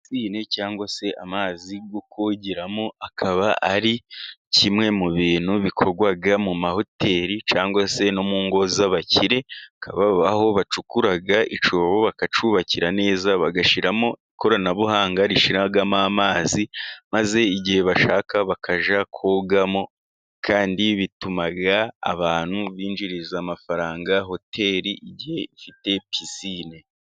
Pisine cyangwa se amazi yo kogeramo, akaba ari kimwe mu bintu bikorwa mu mahoteli cyangwa se no mu ngo z'abakire, hakaba aho bacukura icyobo bakacyubakira neza, bagashyiramo ikoranabuhanga rishiramo amazi maze igihe bashaka bakajya kogamo, kandi bituma abantu binjiriza amafaranga hoteli igihe ifite pisine.